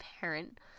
Parent